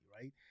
right